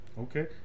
Okay